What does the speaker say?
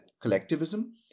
Collectivism